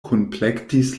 kunplektis